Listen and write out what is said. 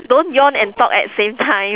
don't yawn and talk at same time